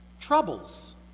Troubles